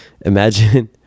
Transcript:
imagine